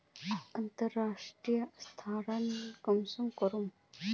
अंतर्राष्टीय स्थानंतरण कुंसम करे करूम?